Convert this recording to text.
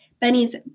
Benny's